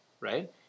right